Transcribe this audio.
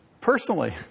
personally